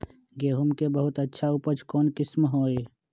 गेंहू के बहुत अच्छा उपज कौन किस्म होई?